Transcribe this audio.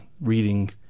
reading